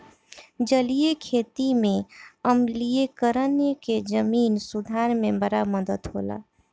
जलीय खेती में आम्लीकरण के जमीन सुधार में बड़ा मदद होला